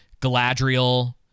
Galadriel